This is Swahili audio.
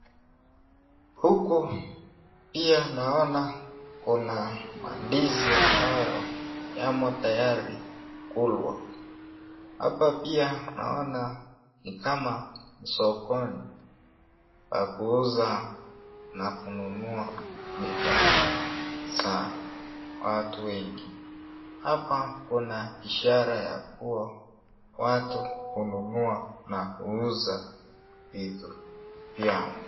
Huku pia naona kuna maandizi ambayo yamo tayari kulwa. Hapa pia naona ni kama ni sokoni hakuuza na kununua bidhaa za watu wengi. Hapa kuna ishara ya kuwa watu hununua na huuza vitu vyao.